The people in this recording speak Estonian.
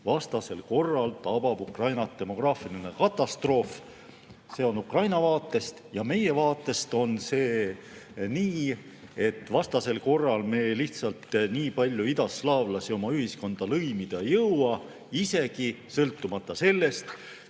vastasel korral tabab Ukrainat demograafiline katastroof. See on siis Ukraina vaatest. Meie vaatest on see nii, et vastasel korral me lihtsalt nii palju idaslaavlasi oma ühiskonda lõimida ei jõua, seda sõltumata sellest,